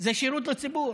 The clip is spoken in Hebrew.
זה שירות לציבור.